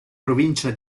provincia